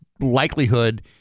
likelihood